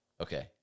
okay